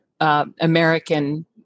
American